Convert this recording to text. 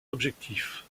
objectifs